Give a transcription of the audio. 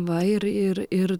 va ir ir ir